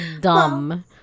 dumb